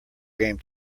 game